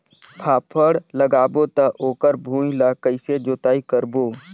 फाफण लगाबो ता ओकर भुईं ला कइसे जोताई करबो?